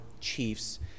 Chiefs